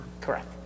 Correct